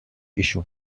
issue